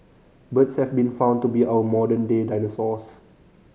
birds have been found to be our modern day dinosaurs